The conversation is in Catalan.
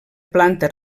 planta